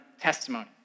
testimony